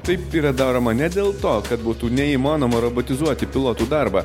taip yra daroma ne dėl to kad būtų neįmanoma robotizuoti pilotų darbą